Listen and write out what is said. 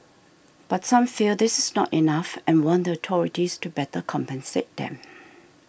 but some feel this is not enough and want the authorities to better compensate them